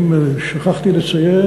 אם שכחתי לציין,